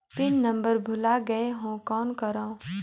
Pin number भुला गयें हो कौन करव?